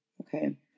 Okay